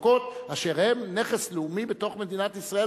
הפקות אשר הן נכס לאומי במדינת ישראל,